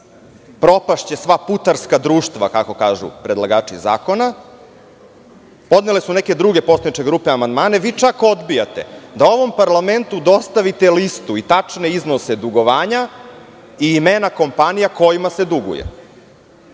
propašće sva putarska društva, kako kažu predlagači zakona, a i neke druge poslaničke grupe podnele su amandmane. Vi čak odbijate da ovom parlamentu dostavite listu i tačne iznose dugovanja i imena kompanija kojima se